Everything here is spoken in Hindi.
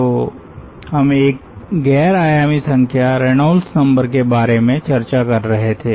तो हम एक गैर आयामी संख्या रेनॉल्ड्स नंबर के बारे में चर्चा कर रहे थे